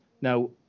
now